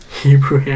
hebrew